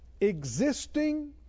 existing